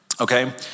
Okay